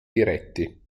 diretti